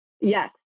Yes